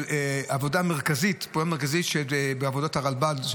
של עבודה מרכזית של הרלב"ד.